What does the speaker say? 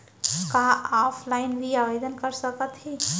का ऑफलाइन भी आवदेन कर सकत हे?